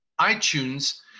iTunes